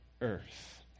earth